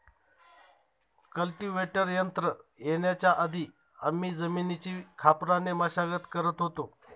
cultivator यंत्र येण्याच्या आधी आम्ही जमिनीची खापराने मशागत करत होतो